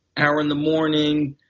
hour in the morning,